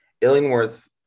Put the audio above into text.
Illingworth